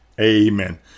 Amen